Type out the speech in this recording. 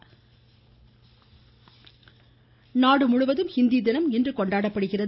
ஸ்ருஸ்ரு ஹிந்தி தினம் நாடு முழுவதும் ஹிந்தி தினம் இன்று கொண்டாடப்படுகிறது